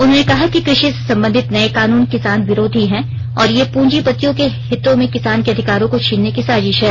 उन्होंने कहा कि कृषि से संबंधित नए कानून किसान विरोधी हैं और ये प्रंजीपतियों के हित में किसानों के अधिकारों को छीनने की साजिश है